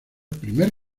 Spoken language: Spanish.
primer